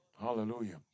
Hallelujah